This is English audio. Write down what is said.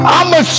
I'ma